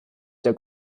der